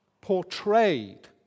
portrayed